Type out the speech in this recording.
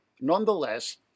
nonetheless